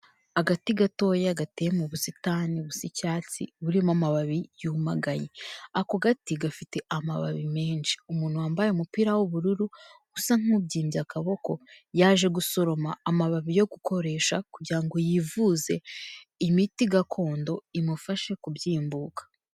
Agati gatoya gateye mu busitani busa icyatsi burimo amababi yumagaye, ako gati gafite amababi menshi. Umuntu wambaye umupira w'ubururu usa nk'ubyimbye akaboko, yaje gusoroma amababi yo gukoresha kugira ngo yivuze imiti gakondo imufashe kubyimbuka.